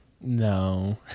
No